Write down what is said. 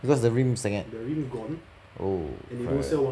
because the rim seng at oh cry